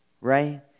right